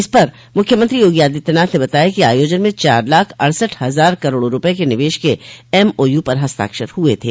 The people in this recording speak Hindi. इस पर मुख्यमंत्री योगी आदित्यनाथ ने बताया कि आयोजन में चार लाख अड़सठ हजार करोड़ रूपये के निवेश के एमओयू पर हस्ताक्षर हुए थे